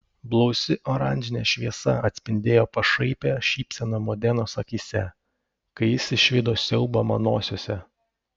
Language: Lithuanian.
blausi oranžinė šviesa atspindėjo pašaipią šypseną modenos akyse kai jis išvydo siaubą manosiose